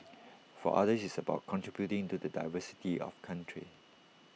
for others it's about contributing to the diversity of country